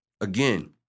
again